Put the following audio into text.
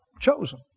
chosen